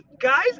guys